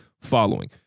following